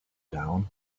down